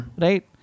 Right